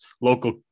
local